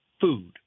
food